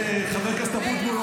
חבר הכנסת אבוטבול,